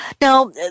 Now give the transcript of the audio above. Now